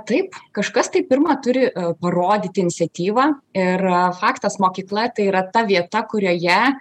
taip kažkas tai pirma turi parodyti iniciatyvą ir faktas mokykla tai yra ta vieta kurioje